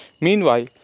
Meanwhile